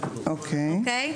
אוקיי.